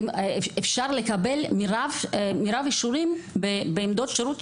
אפשר לקבל מירב האישורים בעמדות שירות,